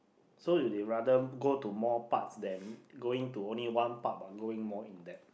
so you'd rather go to more parts than going to only one part but going more in depth